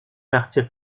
martyrs